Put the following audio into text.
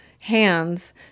hands